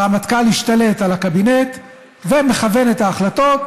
הרמטכ"ל השתלט על הקבינט והוא מכוון את ההחלטות,